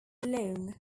long